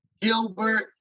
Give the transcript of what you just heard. Gilbert